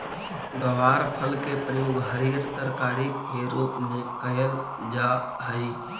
ग्वारफल के प्रयोग हरियर तरकारी के रूप में कयल जा हई